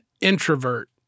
introvert